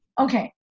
okay